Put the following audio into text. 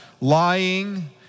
lying